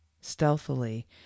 stealthily